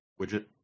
widget